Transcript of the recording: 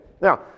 Now